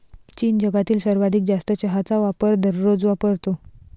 चीन जगातील सर्वाधिक जास्त चहाचा वापर दररोज वापरतो